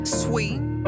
sweet